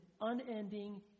unending